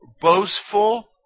boastful